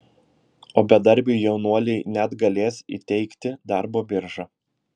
o bedarbiui jaunuoliui net galės įteikti darbo birža